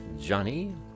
Johnny